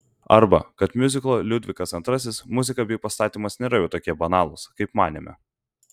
arba kad miuziklo liudvikas ii muzika bei pastatymas nėra jau tokie banalūs kaip manėme